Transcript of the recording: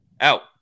Out